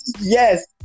Yes